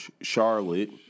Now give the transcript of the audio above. Charlotte